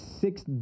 six